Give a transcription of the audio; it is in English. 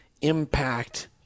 impact